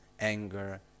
anger